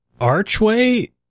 Archway